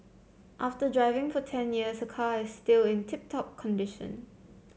after driving for ten years her car is still in tip top condition